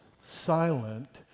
Silent